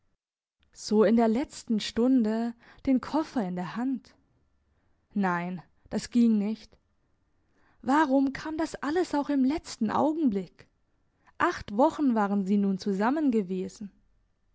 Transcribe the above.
so in der letzten stunde den koffer in der hand nein das ging nicht warum kam das alles auch im letzten augenblick acht wochen waren sie nun